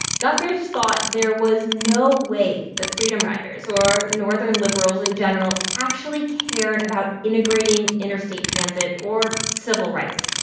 guthridge thought there was no way the freedom riders or northern liberals in general actually cared about integrating interstate transit or civil rights.